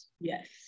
Yes